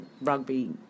rugby